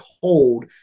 cold